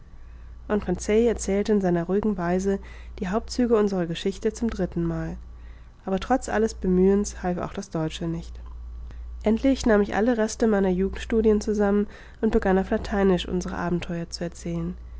und conseil erzählte in seiner ruhigen weise die hauptzüge unserer geschichte zum dritten male aber trotz alles bemühens half auch das deutsche nichts endlich nahm ich alle reste meiner jugendstudien zusammen und begann auf lateinisch unsere abenteuer zu erzählen